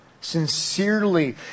sincerely